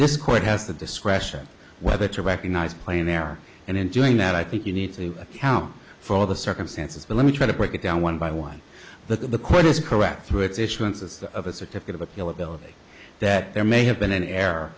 this court has the discretion whether to recognize playing there and enjoying that i think you need to account for the circumstances but let me try to break it down one by one that the court is correct through its issuance as of a certificate of appeal ability that there may have been an error